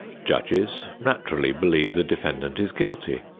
judges naturally believe the defendant is guilty.